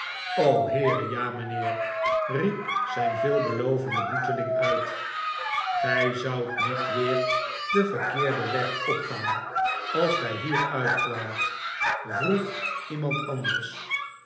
heere j a mijnheer riep zijn veelbelovende boeteling uit gij zoudt niet weer den vefrkeerden weg opgaan als gij hier uitkwaamt vroeg iemand anders